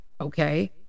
Okay